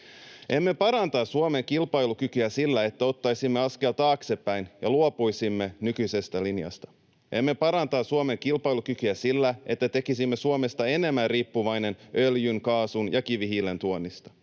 Emme paranna Suomen kilpailukykyä sillä, että ottaisimme askeleen taaksepäin ja luopuisimme nykyisestä linjasta. Emme paranna Suomen kilpailukykyä sillä, että tekisimme Suomesta enemmän riippuvaisen öljyn, kaasun ja kivihiilen tuonnista.